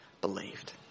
believed